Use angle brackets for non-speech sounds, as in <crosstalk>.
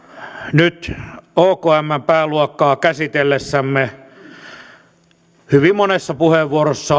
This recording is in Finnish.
nyt okmn pääluokkaa käsitellessämme hyvin monessa puheenvuorossa <unintelligible>